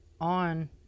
on